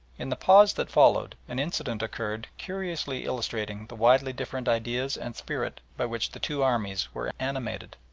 in the pause that followed an incident occurred curiously illustrating the widely different ideas and spirit by which the two armies were animated.